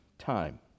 time